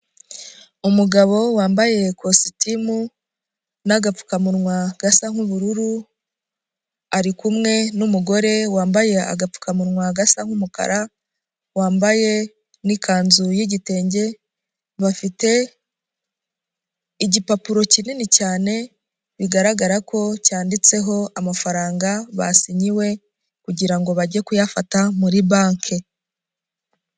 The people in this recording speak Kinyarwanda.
Umugabo wambaye ikositimu n'agapfukamunwa gasa nk'ubururu, arikumwe n'umugore wambaye agapfukamunwa gasa nk'umukara ,wambaye n'ikanzu y'igitenge, bafite igipapuro kinini cyane ,bigaragara ko cyanditseho amafaranga basinyiwe, kugira ngo bajye kuyafata muri banki.